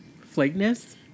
Flakiness